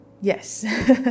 Yes